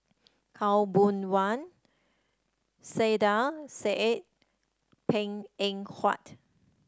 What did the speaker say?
Khaw Boon Wan Saiedah Said Png Eng Huat